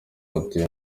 atuye